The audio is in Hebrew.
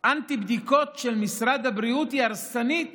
האנטי-בדיקות של, משרד הבריאות היא הרסנית